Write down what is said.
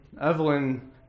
Evelyn